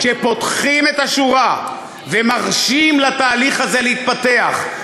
כשפותחים את השורה ומרשים לתהליך הזה להתפתח,